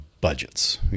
budgets